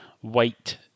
white